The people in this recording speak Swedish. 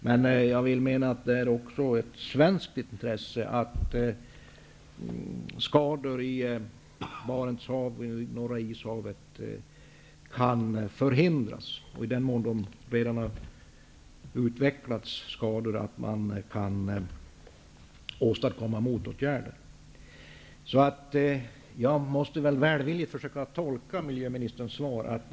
Men det är också ett svenskt intresse att skador i Barents hav och Norra Ishavet kan förhindras och att det kan vidtas motåtgärder i den mån det redan har utvecklats skador. Jag måste väl försöka tolka miljöministerns svar välvilligt.